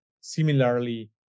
Similarly